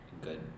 Good